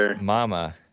mama